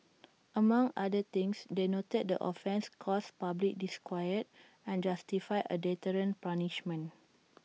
among other things they noted the offence caused public disquiet and justified A deterrent punishment